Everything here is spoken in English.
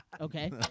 Okay